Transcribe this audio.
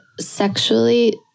sexually